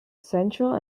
central